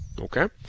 okay